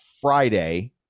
friday